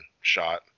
shot